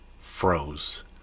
froze